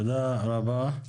תודה רבה.